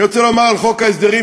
אני רוצה לומר על חוק ההסדרים,